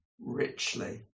richly